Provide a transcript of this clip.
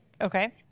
Okay